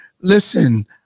Listen